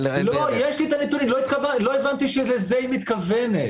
יש לי את הנתונים, לא הבנתי שלזה היא מתכוונת.